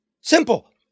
Simple